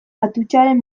atutxaren